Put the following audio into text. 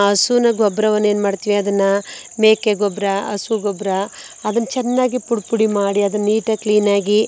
ಹಸುನ ಗೊಬ್ರವನ್ನ ಏನು ಮಾಡ್ತೀವಿ ಅದನ್ನು ಮೇಕೆ ಗೊಬ್ಬರ ಹಸು ಗೊಬ್ಬರ ಅದನ್ನ ಚೆನ್ನಾಗಿ ಪುಡಿ ಪುಡಿ ಮಾಡಿ ಅದನ್ನ ನೀಟಾಗಿ ಕ್ಲೀನಾಗಿ